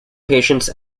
patients